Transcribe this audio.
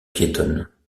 piétonne